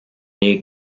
near